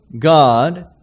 God